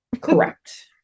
Correct